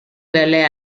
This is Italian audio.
belle